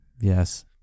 Yes